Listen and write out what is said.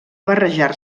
barrejar